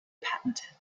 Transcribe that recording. patented